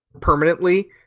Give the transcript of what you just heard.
permanently